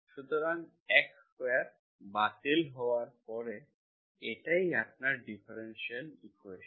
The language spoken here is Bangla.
সুতরাং X স্কোয়ার বাতিল হওয়ার পরে এটিই আপনার ডিফারেনশিয়াল ইকুয়েশন